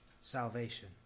salvation